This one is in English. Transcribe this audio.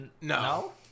No